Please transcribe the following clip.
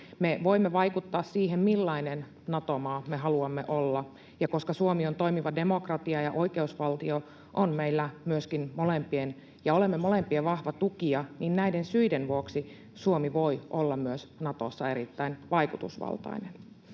Me voimme vaikuttaa siihen, millainen Nato-maa me haluamme olla, ja koska Suomi on toimiva demokratia ja oikeusvaltio ja olemme molempien vahva tukija, niin näiden syiden vuoksi Suomi voi olla myös Natossa erittäin vaikutusvaltainen.